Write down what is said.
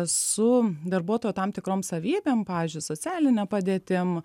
su darbuotojo tam tikrom savybėm pavyzdžiui socialine padėtim